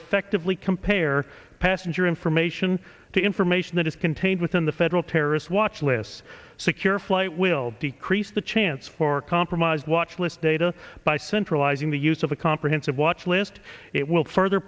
effectively compare passenger information to information that is contained within the federal terrorist watch lists secure flight will decrease the chance for compromised watchlist data by centralizing the use of a comprehensive watch list it will further